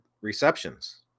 receptions